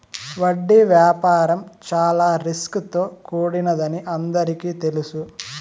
వడ్డీ వ్యాపారం చాలా రిస్క్ తో కూడినదని అందరికీ తెలుసు